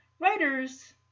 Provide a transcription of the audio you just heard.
Writers